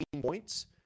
points